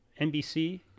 NBC